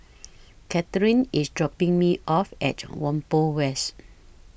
Catharine IS dropping Me off At Whampoa West